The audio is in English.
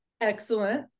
excellent